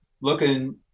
looking